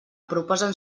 proposen